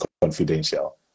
confidential